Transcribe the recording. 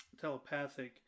telepathic